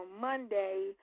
Monday